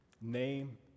Name